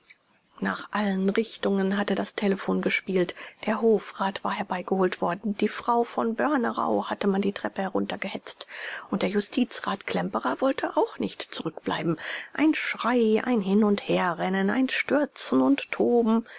nach allen richtungen hatte das telephon gespielt der hofrat war herbeigeholt worden die frau von börnerau hatte man die treppe heruntergehetzt und der justizrat klemperer wollte auch nicht zurückbleiben ein schreien ein hin und herrennen ein stürzen und toben